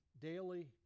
daily